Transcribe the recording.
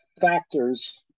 factors